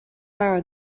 leabhar